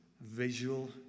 visual